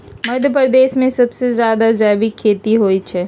मध्यप्रदेश में सबसे जादा जैविक खेती होई छई